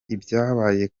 ibyabaye